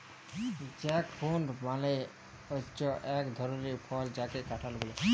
jackfruit মালে হচ্যে এক ধরলের ফল যাকে কাঁঠাল ব্যলে